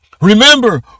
Remember